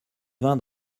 vin